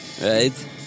right